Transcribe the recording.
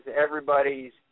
everybody's